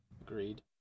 Agreed